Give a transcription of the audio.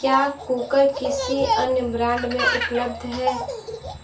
क्या कुकर किसी अन्य ब्रांड में उपलब्ध है